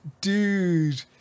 Dude